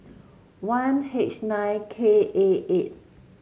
one H nine K A eight